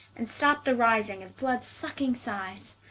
and stop the rising of blood-sucking sighes,